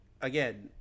again